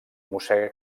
mossega